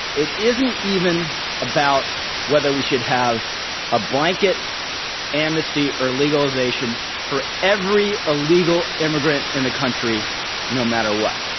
it isn't even about whether we should have a blanket amnesty or legalization for every illegal immigrant in the country no matter what.